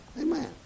Amen